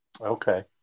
Okay